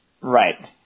Right